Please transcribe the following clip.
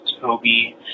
Toby